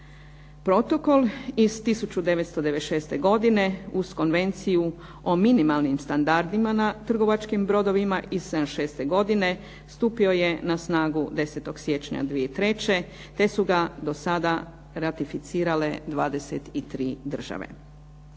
Protokol iz 1996. godine uz Konvenciju o minimalnim standardima na trgovačkim brodovima iz '76. godine stupio je na snagu 10. siječnja 2003. godine, te su ga do sada raticifirale 23 države.